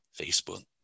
Facebook